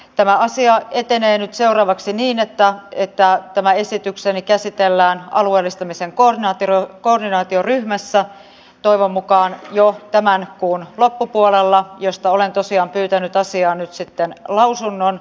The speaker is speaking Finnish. tämä asia etenee seuraavaksi niin että tämä esitykseni käsitellään alueellistamisen koordinaatioryhmässä toivon mukaan jo tämän kuun loppupuolella josta olen tosiaan pyytänyt asiaan lausunnon